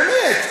באמת.